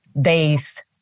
days